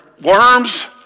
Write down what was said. worms